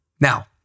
Now